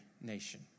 nation